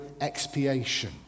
expiation